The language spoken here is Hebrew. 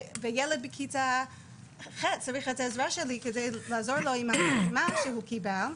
וילד בכיתה ח' צריך את העזרה שלי כדי לעזור לו עם המשימה שהוא קיבל,